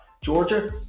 Georgia